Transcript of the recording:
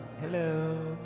Hello